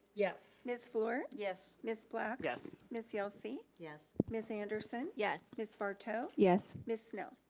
yes. ms. fluor. yes. ms. black. yes. ms. yelsey. yes. ms. anderson. yes. ms. barto. yes. ms. snell.